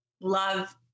love